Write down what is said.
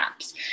apps